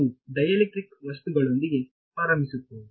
ನಾವು ಡೈಎಲೆಕ್ಟ್ರಿಕ್ ವಸ್ತುಗಳೊಂದಿಗೆ ಪ್ರಾರಂಭಿಸುತ್ತೇವೆ